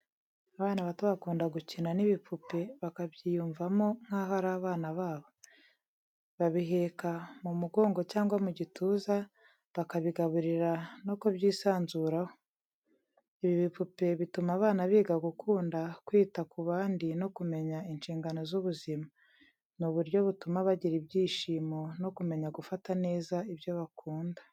Abana bato bakunda gukina n’ibipupe bakabyiyumvamo nkaho ari abana babo. Babiheka mu mugongo cyangwa mu gituza, bakabigaburira no kubyisanzuraho. Ibi bipupe bituma abana biga gukunda kwita ku bandi no kumenya inshingano z’ubuzima. Ni uburyo butuma bagira ibyishimo no kumenya gufata neza ibyo bakunda.